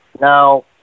Now